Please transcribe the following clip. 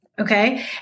Okay